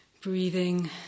breathing